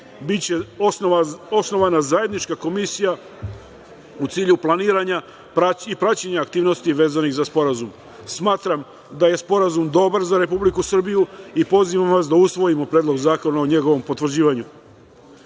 biće osnovana zajednička komisija u cilju planiranja i praćenja aktivnosti vezanih za sporazum. Smatram da je sporazum dobar za Republiku Srbiju i pozivam vas da usvojimo predlog zakona o njegovom potvrđivanju. Predlog